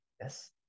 Yes